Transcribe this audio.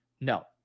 No